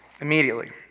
immediately